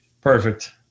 Perfect